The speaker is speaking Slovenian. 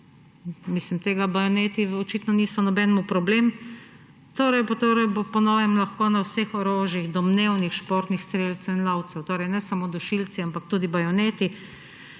bajonete. Bajoneti očitno niso nobenemu problem, torej bo po novem lahko na vseh orožjih domnevnih športnih strelcev in lovcev. Torej ne samo dušilci, ampak tudi bajoneti.